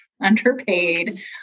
underpaid